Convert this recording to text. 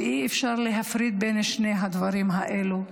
ואי- אפשר להפריד בין שני הדברים האלו.